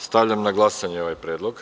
Stavljam na glasanje ovaj predlog.